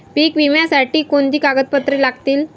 पीक विम्यासाठी कोणती कागदपत्रे लागतील?